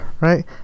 right